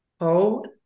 hold